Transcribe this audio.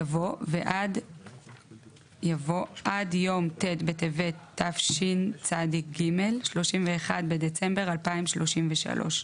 יבוא "ועד "עד יום ט' בטבת התשצ"ג (31 בדצמבר 2033)"